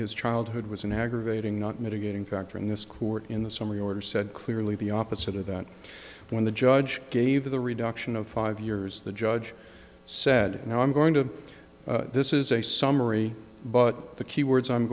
his childhood was an aggravating not mitigating factor in this court in the summary order said clearly the opposite of that when the judge gave the reduction of five years the judge said and i'm going to this is a summary but the key words i'm